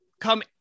come